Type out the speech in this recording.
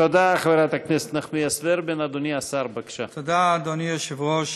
תודה רבה, אדוני השר, זה במקום.